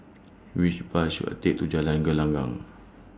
Which Bus should I Take to Jalan Gelenggang